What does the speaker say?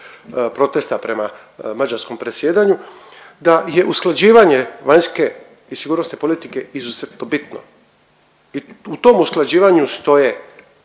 protesta prema mađarskom predsjedanju, da je usklađivanje vanjske i sigurnosne politike izuzetno bitno i u tom usklađivanju stoje